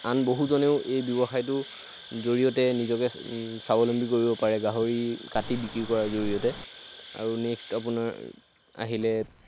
আন বহুজনেও এই ব্যৱসায়টোৰ জৰিয়তে নিজকে স্বাৱলম্বী কৰিব পাৰে গাহৰি কাটি বিক্ৰী কৰাৰ জৰিয়তে আৰু নেক্সট আপোনাৰ আহিলে